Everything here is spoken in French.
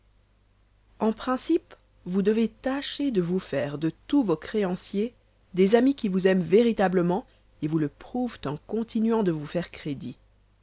en principe vous devez tâcher de vous faire de tous vos créanciers des amis qui vous aiment véritablement et vous le prouvent en continuant de vous faire crédit